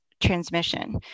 transmission